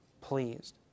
pleased